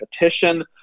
repetition